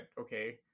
okay